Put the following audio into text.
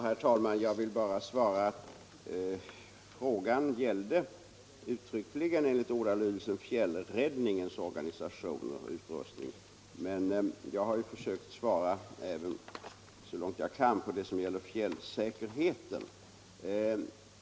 Herr talman! Jag vill bara svara att frågan enligt ordalydelsen uttryckligen gällde fjällräddningens organisation och utrustning, men jag har försökt att svara så långt jag kan även på det som gäller fjällsäkerheten.